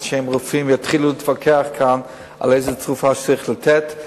שהם רופאים יתחילו להתווכח כאן על איזו תרופה צריך לתת.